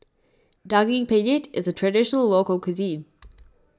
Daging Penyet is a Traditional Local Cuisine